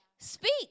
Speak